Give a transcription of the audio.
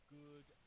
good